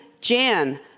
Jan